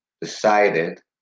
decided